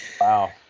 Wow